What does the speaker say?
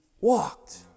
walked